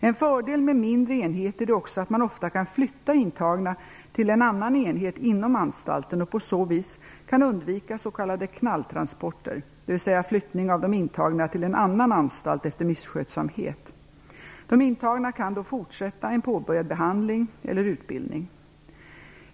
En fördel med mindre enheter är också att man ofta kan flytta intagna till en annan enhet inom anstalten och på så vis undvika s.k. knalltransporter, dvs. flyttning av den intagne till en annan anstalt efter misskötsamhet. De intagna kan då fortsätta en påbörjad behandling eller utbildning.